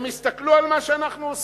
הם הסתכלו על מה שאנחנו עושים.